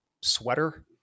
sweater